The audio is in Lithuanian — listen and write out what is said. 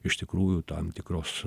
iš tikrųjų tam tikros